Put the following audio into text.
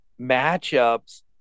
matchups